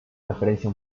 referencia